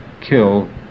kill